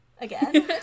again